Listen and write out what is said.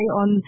on